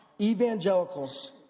evangelicals